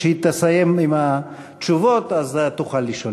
כשהיא תסיים עם התשובות, אז תוכל לשאול.